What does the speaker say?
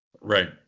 Right